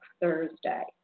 Thursday